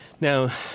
now